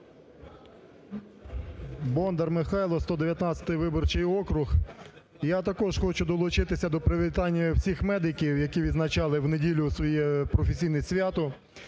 Бондар Михайло, 119 виборчий округ. Я також хочу долучитися до привітання всіх медиків, які відзначали в неділю своє професійне свято.